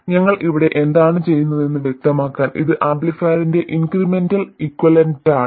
അതിനാൽ ഞങ്ങൾ ഇവിടെ എന്താണ് ചെയ്യുന്നതെന്ന് വ്യക്തമാക്കാൻ ഇത് ആംപ്ലിഫയറിന്റെ ഇൻക്രിമെൻറൽ ഇക്വലന്റാണ്